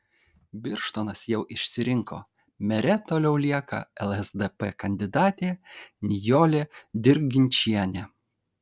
birštonas jau išsirinko mere toliau lieka lsdp kandidatė nijolė dirginčienė